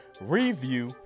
review